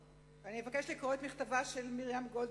אני מבקשת לקרוא את מכתבה של מרים גולדברג: